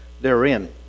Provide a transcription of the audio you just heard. therein